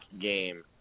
game